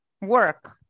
work